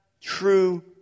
true